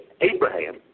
Abraham